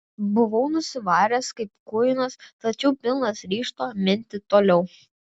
buvau nusivaręs kaip kuinas tačiau pilnas ryžto minti toliau